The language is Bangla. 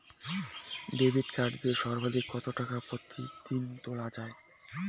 ডেবিট কার্ড দিয়ে সর্বাধিক কত টাকা প্রতিদিন তোলা য়ায়?